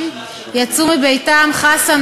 אנחנו עוברים להצעת חוק הנוער (שפיטה,